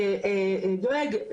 דואג,